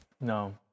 No